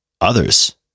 Others